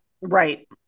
right